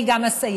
אני גם אסיים.